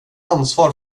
ansvar